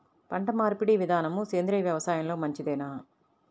పంటమార్పిడి విధానము సేంద్రియ వ్యవసాయంలో మంచిదేనా?